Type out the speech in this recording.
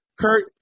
Kurt